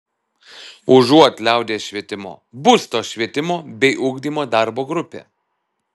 užuot liaudies švietimo bus to švietimo bei ugdymo darbo grupė